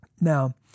Now